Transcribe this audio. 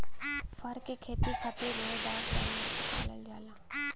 फर क खेती खातिर रोएदार जानवर के पालल जाला